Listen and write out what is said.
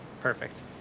Perfect